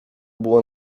było